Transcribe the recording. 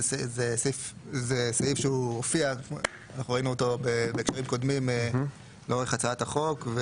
זה סעיף שהוא הופיע ואנחנו ראינו אותו במקרים קודמים לאורך הצעת החוק.